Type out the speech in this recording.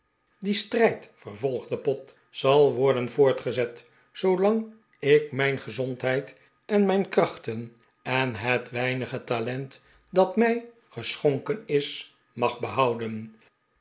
die strijd vervolgde pott zal worden voortgezet zoolang ik mijn gezondheid en krachten en het weinige talent dat mij geschonken is mag behouden